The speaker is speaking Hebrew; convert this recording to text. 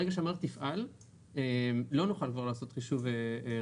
ברגע שהמערכת תפעל לא נוכל כבר לעשות חישוב רבעוני,